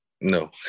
no